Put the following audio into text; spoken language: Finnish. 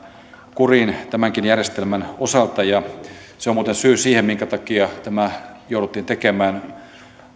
kuriin tämänkin järjestelmän osalta se on muuten syy siihen minkä takia tämä jouduttiin tekemään